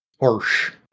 harsh